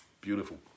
Beautiful